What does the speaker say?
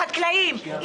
חקלאים,